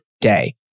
day